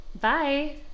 Bye